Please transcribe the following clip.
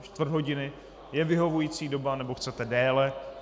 Čtvrt hodiny je vyhovující doba, nebo chcete déle?